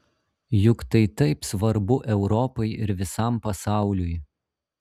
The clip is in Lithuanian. juk tai taip svarbu europai ir visam pasauliui